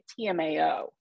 TMAO